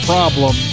Problem